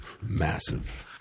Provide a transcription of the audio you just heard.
massive